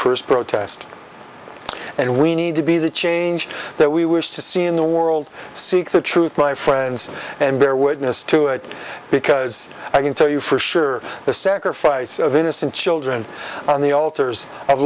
first protest and we need to be the change that we wish to see in the world seek the truth my friends and bear witness to it because i can tell you for sure the sacrifice of innocent children on the altars